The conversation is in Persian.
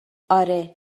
آره